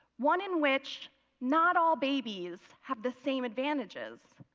one in which not all babies have the same advantages.